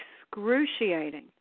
excruciating